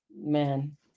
Man